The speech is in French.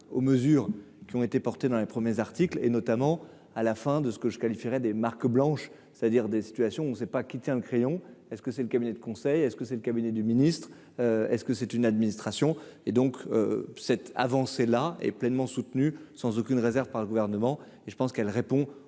aux mesures qui ont été portées dans les premiers articles et notamment à la fin de ce que je qualifierais des marques blanches, c'est-à-dire des situations, on ne sait pas qui tient le crayon est-ce que c'est le cabinet de conseil est-ce que c'est le cabinet du ministre est-ce que c'est une administration et, donc, cette avancée-là est pleinement soutenue sans aucune réserve par le gouvernement et je pense qu'elle répond